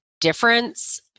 difference